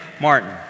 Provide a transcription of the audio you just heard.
Martin